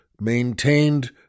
maintained